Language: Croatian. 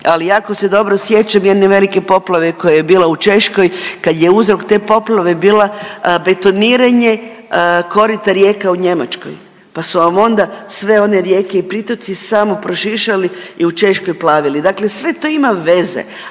ali jako se dobro sjećam jedne velike poplave koja je bila u Češkoj kad je uzrok te poplave bila betoniranje korita rijeka u Njemačkoj, pa su vam onda sve one rijeke i pritoci samo prošišali i u Češkoj plavili. Dakle, sve to ima veze.